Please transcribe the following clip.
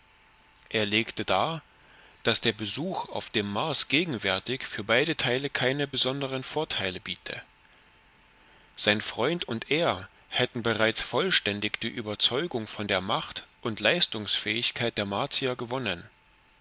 er legte dar daß der besuch auf dem mars gegenwärtig für beide teile keine besonderen vorteile biete sein freund und er hätten bereits vollständig die überzeugung von der macht und leistungsfähigkeit der martier gewonnen